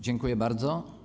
Dziękuję bardzo.